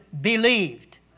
believed